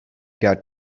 got